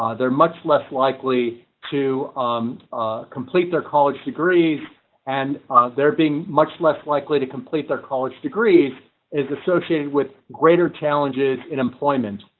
ah they're much less likely to complete their college degrees and they're being much less likely to complete their college degrees is associated with greater challenges in employment,